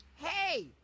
Hey